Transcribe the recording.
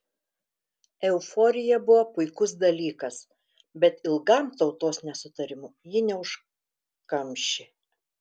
euforija buvo puikus dalykas bet ilgam tautos nesutarimų ji neužkamšė